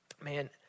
man